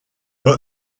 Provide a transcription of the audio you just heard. but